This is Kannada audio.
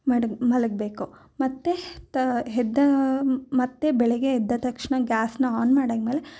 ಮಡ ಮಲಗಬೇಕು ಮತ್ತು ತ ಎದ್ದ ಮತ್ತು ಬೆಳಗ್ಗೆ ಎದ್ದ ತಕ್ಷಣ ಗ್ಯಾಸ್ನ ಆನ್ ಮಾಡಾದ್ಮೇಲೆ